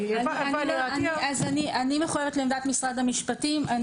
אני מחויבת לעמדת משרד המשפטים.